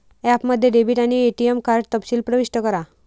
ॲपमध्ये डेबिट आणि ATM card तपशील प्रविष्ट करा